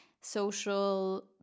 social